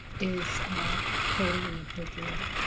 is totally appropriate.